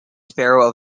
sparrow